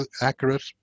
accurate